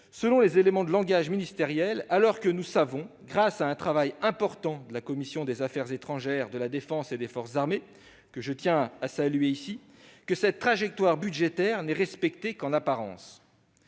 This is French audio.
selon les éléments de langage ministériels ? Nous savons pourtant, grâce à un travail important de la commission des affaires étrangères, de la défense et des forces armées, que je tiens à saluer, que cette trajectoire budgétaire n'est respectée qu'en apparence.